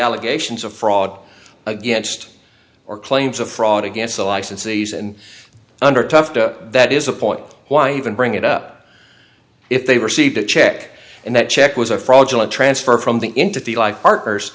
allegations of fraud against or claims of fraud against the licensees and under tough to that is a point why even bring it up if they received a check and that check was a fraudulent transfer from the into the life partners